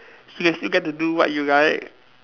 you can still get to do what you like